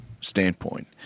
standpoint